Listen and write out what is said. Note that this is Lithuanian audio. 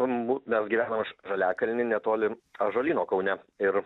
am mu mes gyvenam žaliakalny netoli ąžuolyno kaune ir